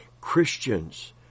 Christians